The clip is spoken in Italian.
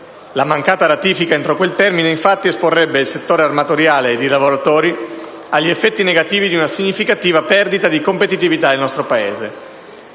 La mancata ratifica entro quel termine, infatti, esporrebbe il settore armatoriale ed i lavoratori agli effetti negativi di una significativa perdita di competitività del nostro Paese.